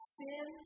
sin